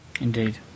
Indeed